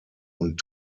und